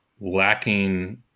lacking